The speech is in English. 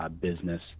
business